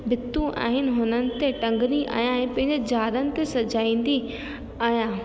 भितूं आहिनि हुननि ते टंॻदी आहियां ऐं पंहिंजे जारनि ते सॼाईंदी आहियां